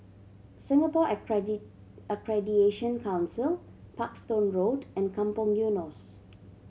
Singapore Accreditation Council Parkstone Road and Kampong Eunos